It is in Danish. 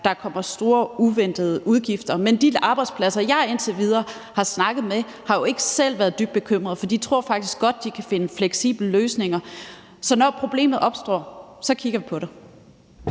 der kommer store uventede udgifter. Men de arbejdspladser, jeg indtil videre har snakket med, har ikke selv været dybt bekymret, for de tror jo faktisk godt, at de kan finde fleksible løsninger. Så når problemet opstår, kigger vi på det.